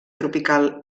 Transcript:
tropical